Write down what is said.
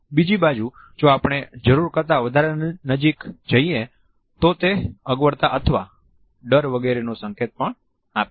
બીજી બાજુ જો આપણે જરૂર કરતા વધારે નજીક જઈએ તો તે અગવડતા અથવા ડર વગેરેનું સંકેત પણ આપે છે